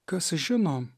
kas žino